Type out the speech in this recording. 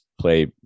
play